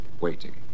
Waiting